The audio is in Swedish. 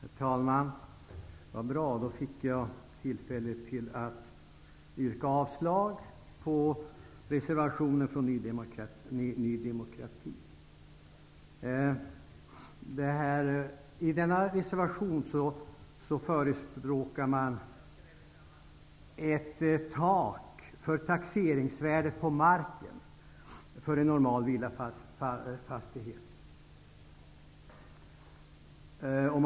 Herr talman! Så bra att Peter Kling begärde ordet, då får jag tillfälle att yrka avslag på reservationen från Ny demokrati. I denna reservation förespråkar man ett tak för taxeringsvärdet på marken för en normal villafastighet.